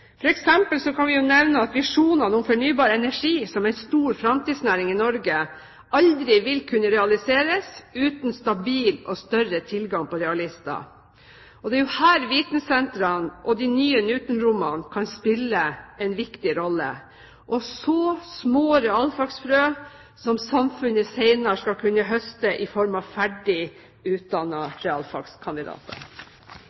kan vi nevne at visjonene om fornybar energi som en stor fremtidsnæring i Norge aldri vil kunne realiseres uten stabil og større tilgang på realister. Det er her vitensentrene og de nye Newton-rommene kan spille en viktig rolle og så små realfagsfrø som samfunnet senere skal kunne høste i form av ferdig